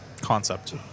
concept